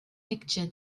picture